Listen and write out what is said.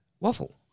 waffle